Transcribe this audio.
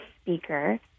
speaker